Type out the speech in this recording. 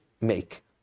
make